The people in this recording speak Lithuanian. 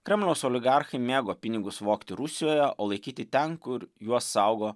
kremliaus oligarchai mėgo pinigus vogti rusijoje o laikyti ten kur juos saugo